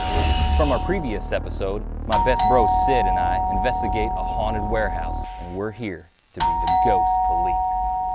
from a previous episode, my best bro, sid, and i investigate a haunted warehouse. we're here to be the ghost police.